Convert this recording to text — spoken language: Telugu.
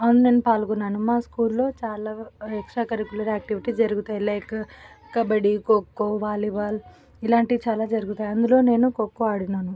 అవును నేను పాల్గొన్నాను మా స్కూల్లో చాలా ఎఎక్సట్రా కరీకులర్ ఆక్టివిటీస్ జరుగుతాయి లైకు కబడ్డీ కో కో వాలీబాల్ ఇలాంటివి చాలా జరుగుతాయి అందులో నేను కో కో ఆడున్నాను